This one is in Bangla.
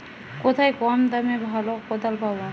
কোথায় কম দামে ভালো কোদাল পাব?